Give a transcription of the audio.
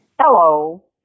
Hello